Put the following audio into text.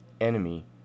enemy